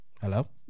Hello